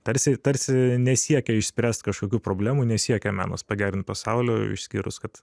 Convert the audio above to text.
tarsi tarsi nesiekia išspręst kažkokių problemų nesiekia menas pagerint pasaulio išskyrus kad